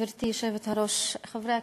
גברתי היושבת-ראש, תודה, חברי הכנסת,